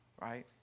Right